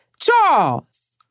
Charles